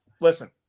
listen